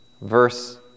verse